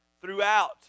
throughout